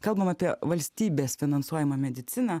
kalbam apie valstybės finansuojamą mediciną